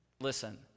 Listen